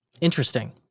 Interesting